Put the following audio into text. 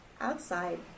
Outside